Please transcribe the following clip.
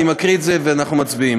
אני מקריא את זה ואנחנו מצביעים.